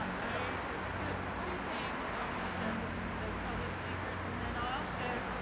i skipped two things on the agenda, the public speakers and then also,